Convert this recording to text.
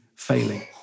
Failing